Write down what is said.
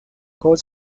cora